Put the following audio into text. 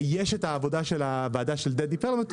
יש את העבודה של הוועדה של דדי פרלמוטר,